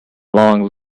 long